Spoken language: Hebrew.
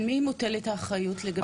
על מי מוטלת האחריות לגבי זה?